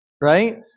right